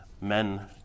men